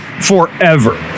forever